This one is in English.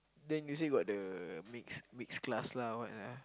then you say got the mix mix class lah what lah